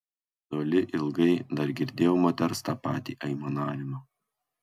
toli ilgai dar girdėjau moters tą patį aimanavimą